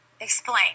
Explain